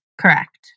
correct